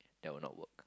that will not work